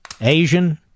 Asian